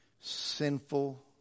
sinful